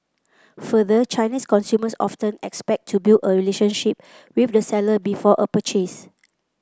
further Chinese consumers often expect to build a relationship with the seller before a purchase